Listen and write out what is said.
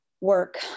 work